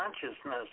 consciousness